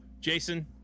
Jason